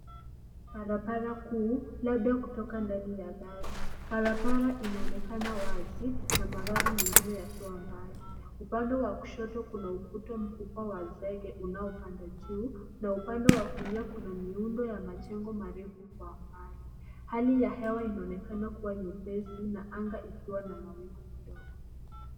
Barabara kuu labda kutoka ndani ya gari. Barabara inaonekana wazi na magari mengine yakiwa mbali. Upande wa kushoto kuna ukuta mkubwa wa zege unaopanda juu na upande wa kulia kuna miundo ya majengo marefu kwa mbali. Hali ya hewa inaonekana kuwa nyepesi na anga ikiwa na mawingu kidogo.